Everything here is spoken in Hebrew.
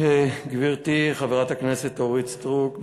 1 2. גברתי חברת הכנסת אורית סטרוק,